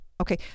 okay